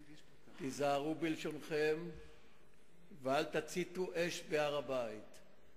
תיזהרו בלשונכם ואל תציתו אש בהר-הבית.